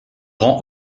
rend